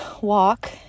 walk